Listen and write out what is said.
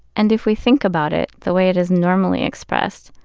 and if we think about it the way it is normally expressed,